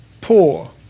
Poor